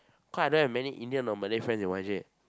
cause I don't have many Indian or Malay friend in Y_J